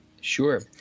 Sure